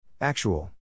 Actual